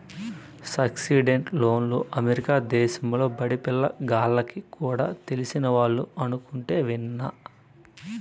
subsidised లోన్లు America దేశంలో బడిపిల్ల గాల్లకి కూడా తెలిసినవాళ్లు అనుకుంటుంటే ఇన్నా